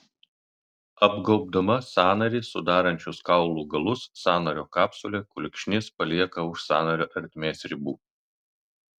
apgaubdama sąnarį sudarančius kaulų galus sąnario kapsulė kulkšnis palieka už sąnario ertmės ribų